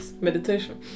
Meditation